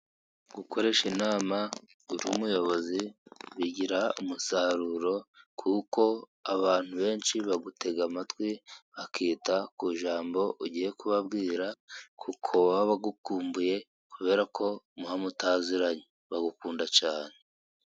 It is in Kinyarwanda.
Gukoresha inama uri muyobozi bigira umusaruro kuko abantu benshi bagutega amatwi, bakita ku ijambo ugiye kubabwira kuko baba bagukumbuye, kuberako muba mutaziranye bagukunda cyane.